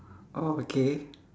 oh okay